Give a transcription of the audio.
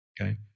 okay